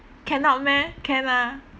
cannot meh can ah